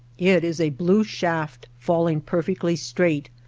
it is a blue shaft fall ing perfectly straight,